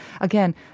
again